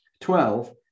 Twelve